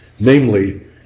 namely